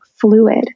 fluid